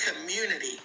community